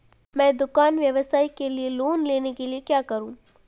मैं दुकान व्यवसाय के लिए लोंन लेने के लिए क्या करूं?